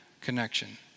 connection